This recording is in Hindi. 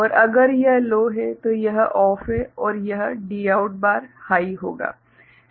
और अगर यह लो है तो यह OFF है और यह Dout बार हाइ होगा